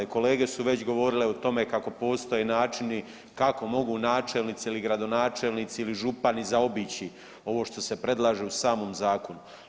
Kolege su već govorile o tome kako postoje načini kako mogu načelnici ili gradonačelnici ili župani zaobići ovo što se predlaže u samom zakonu.